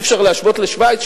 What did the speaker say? אי-אפשר להשוות לשווייץ,